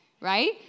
right